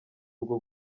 bwo